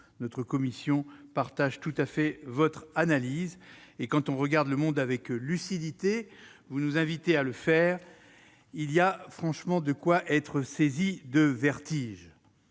Notre commission partage votre analyse. Quand on regarde le monde avec lucidité, comme vous nous invitez à le faire, il y a de quoi être saisi de vertige.